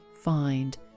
find